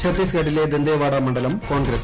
ഛത്തീസ്ഗഡിലെ ദന്ദേവാഡ മണ്ഡലം കോൺഗ്രസിന്